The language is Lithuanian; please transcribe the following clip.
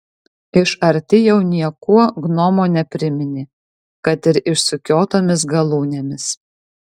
iš arti jau niekuo gnomo nepriminė kad ir išsukiotomis galūnėmis